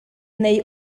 neu